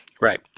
Right